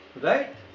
Right